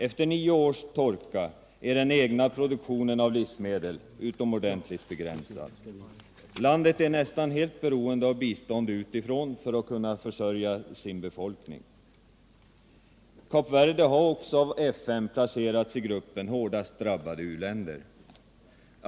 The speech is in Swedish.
Efter nio års torka är den egna produktionen av livsmedel utomordentligt begränsad. Landet är nästan helt beroende av bistånd utifrån för att kunna försörja sin befolkning. Kap Verde har också av FN placerats i gruppen hårdast drabbade u-länder.